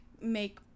make